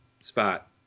spot